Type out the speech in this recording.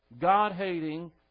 God-hating